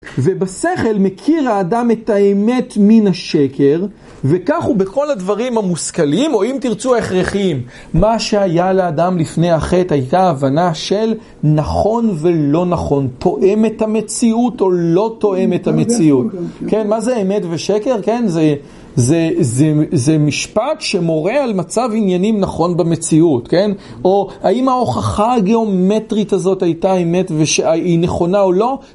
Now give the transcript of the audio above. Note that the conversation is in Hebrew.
ובשכל מכיר האדם את האמת מן השקר, וכך הוא בכל הדברים המושכלים, או אם תרצו, הכרחיים. מה שהיה לאדם לפני החטא הייתה הבנה של נכון ולא נכון. תואם את המציאות או לא תואם את המציאות. כן, מה זה אמת ושקר? כן, זה, זה, זה, זה משפט שמורה על מצב עניינים נכון במציאות, כן? או האם ההוכחה הגיאומטרית הזאת הייתה אמת וש.. היא נכונה או לא?